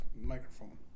microphone